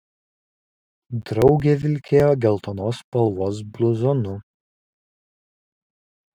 draugė vilkėjo geltonos spalvos bluzonu